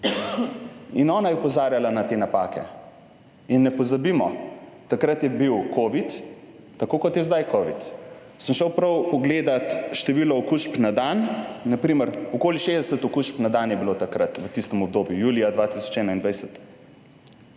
in ona je opozarjala na te napake. In ne pozabimo, takrat je bil Covid, tako kot je zdaj Covid. Sem šel prav pogledati število okužb na dan. Na primer okoli 60 okužb na dan je bilo takrat v tistem obdobju, julija 2021.